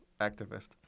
activist